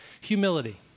Humility